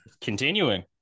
continuing